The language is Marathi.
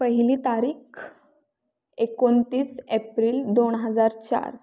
पहिली तारीख एकोणतीस एप्रिल दोन हजार चार